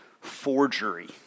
forgery